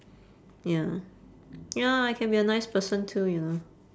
ya ya I can be a nice person too you know